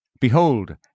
Behold